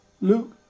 Luke